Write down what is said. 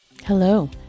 Hello